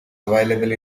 available